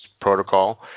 protocol